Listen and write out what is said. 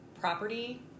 property